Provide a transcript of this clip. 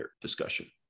discussion